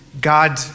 God